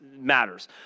matters